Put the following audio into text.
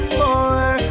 more